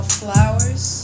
flowers